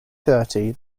thirty